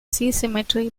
symmetry